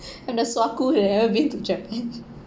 and the suaku have never been to japan